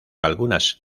algunas